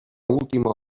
última